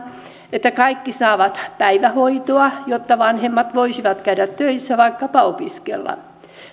että kaikki saavat päivähoitoa jotta vanhemmat voisivat käydä töissä tai vaikkapa opiskella